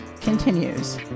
continues